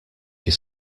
your